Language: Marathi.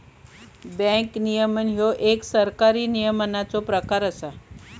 बँक नियमन ह्यो एक सरकारी नियमनाचो प्रकार असा